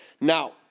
Now